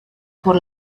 por